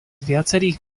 viacerých